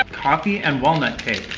coffee and walnut cake,